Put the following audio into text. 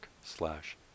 slash